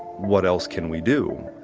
what else can we do?